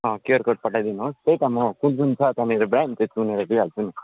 QR code पठाइदिनु होस् त्यही त म कुन कुन छ त्यहाँनिर ब्रान्ड त्यो सुनेर गइहाल्छु नि